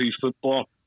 football